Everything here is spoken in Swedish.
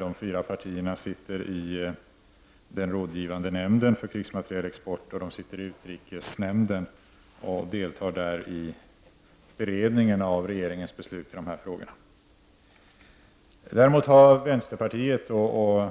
De fyra partierna sitter i den rådgivande nämnden för krigsmaterielexport, och de sitter också i utrikesnämnden, där de deltar i beredningen av regeringens beslut i de här frågorna. Däremot har vänsterpartiet och